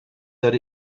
that